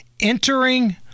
entering